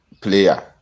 player